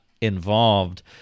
involved